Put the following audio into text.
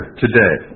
today